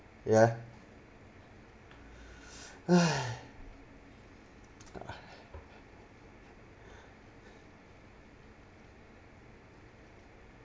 yeah !ai!